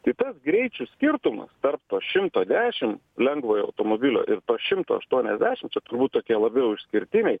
tai tas greičių skirtumas tarp to šimto dešimt lengvojo automobilio ir to šimto aštuoniasdešimt čia turbūt tokie labiau išskirtiniai